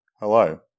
Hello